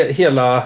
hela